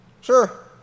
Sure